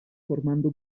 formando